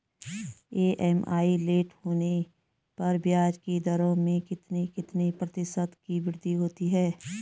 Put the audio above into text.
EMI late होने पर ब्याज की दरों में कितने कितने प्रतिशत की वृद्धि होती है?